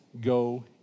go